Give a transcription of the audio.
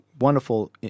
wonderful